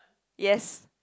yes